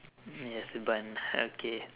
ya is a bun okay